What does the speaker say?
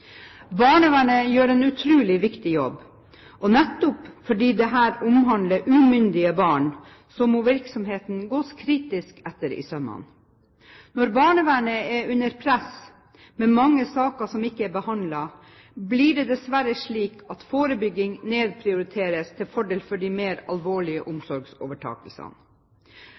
Barnevernet gjør en utrolig viktig jobb, og nettopp fordi dette omhandler umyndige barn, må virksomheten gås kritisk etter i sømmene. Når barnevernet er under press med mange saker som ikke er behandlet, blir det dessverre slik at forebygging nedprioriteres til fordel for de mer alvorlige